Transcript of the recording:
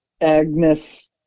Agnes